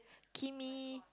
Kimmy